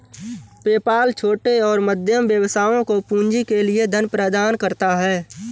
PayPal छोटे और मध्यम व्यवसायों को पूंजी के लिए धन प्रदान करता है